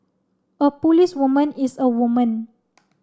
a policewoman is a woman